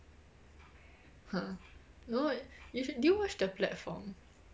!huh! no you shou~ did you watch the platform